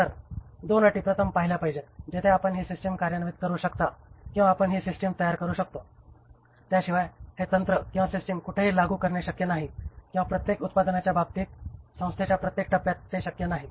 तर दोन अटी प्रथम पाहिल्या पाहिजेत जेथे आपण ही सिस्टिम कार्यान्वित करू शकता किंवा आपण ही सिस्टिम तयार करू शकतो त्याशिवाय हे तंत्र किंवा सिस्टीम कुठेही लागू करणे शक्य नाही किंवा प्रत्येक उत्पादनाच्या बाबतीत संस्थेच्या प्रत्येक टप्प्यात ते शक्य नाही